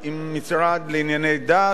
ועם משרד המשפטים?